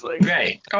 Right